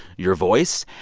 your voice.